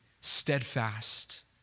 steadfast